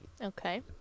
Okay